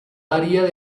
varía